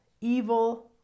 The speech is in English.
evil